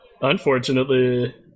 Unfortunately